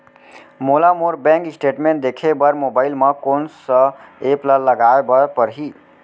मोला मोर bank statement देखे बर मोबाइल मा कोन सा एप ला लाए बर परही?